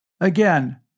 Again